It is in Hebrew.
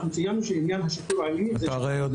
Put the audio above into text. שעניין השיטור העירוני --- אתה הרי יודע